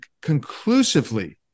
conclusively